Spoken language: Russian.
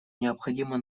необходимо